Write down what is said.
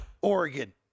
Oregon